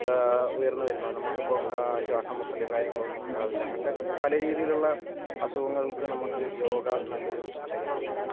ഉയര്ന്നു വരുന്നു നമുക്ക് ഇപ്പം ശ്വാസം മുട്ടൽ കാര്യങ്ങളൊന്നും ഉണ്ടാകില്ല അങ്ങനത്തെ പല രീതിയിലുള്ള അസുഖങ്ങള്ക്ക് നമുക്ക് യോഗ നല്ലൊരു കാര്യമാണ്